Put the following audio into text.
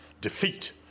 defeat